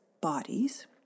bodies